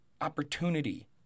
opportunity